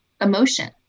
emotion